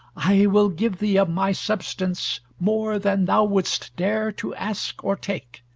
i will give thee of my substance, more than thou wouldst dare to ask or take.